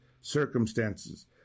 circumstances